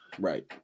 Right